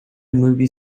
movie